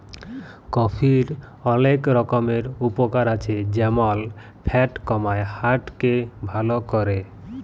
কফির অলেক রকমের উপকার আছে যেমল ফ্যাট কমায়, হার্ট কে ভাল ক্যরে